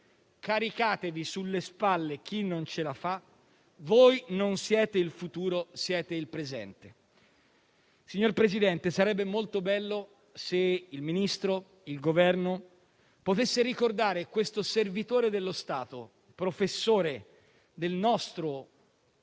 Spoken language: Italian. caricatevi sulle spalle chi non ce la fa: voi non siete il futuro, siete il presente». Signor Presidente del Consiglio, sarebbe molto bello se il Governo potesse ricordare questo servitore dello Stato, professore del nostro